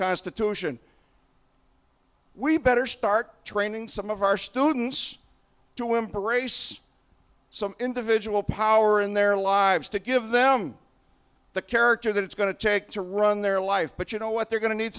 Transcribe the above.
constitution we better start training some of our students to wimp or race some individual power in their lives to give them the character that it's going to take to run their life but you know what they're going to need